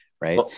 right